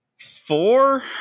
four